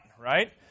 right